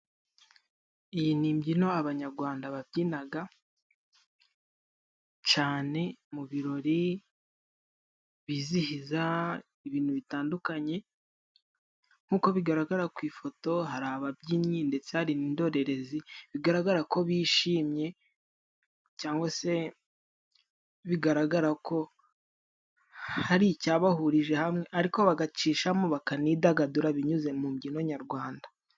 Iyi ni imbyino Abanyagwanda babyinaga cane mu birori, bizihiza ibintu bitandukanye. Nk'uko bigaragara ku ifoto, hari ababyinnyi ndetse hari n'indorerezi bigaragara ko bishimye cyangwa se bigaragara ko hari icyabahurije hamwe, ariko bagacishamo bakanidagadura binyuze mu mbyino nyarwanda.